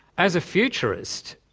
as a futurist,